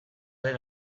den